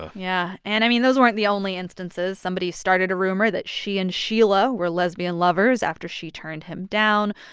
yeah and, i mean, those weren't the only instances. somebody started a rumor that she and sheila were lesbian lovers after she turned him down.